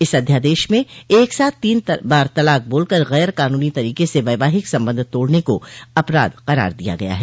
इस अध्यादेश में एक साथ तीन बार तलाक बोलकर गैर कानूनी तरीके से वैवाहिक संबंध तोड़ने का अपराध करार दिया गया है